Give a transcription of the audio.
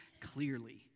clearly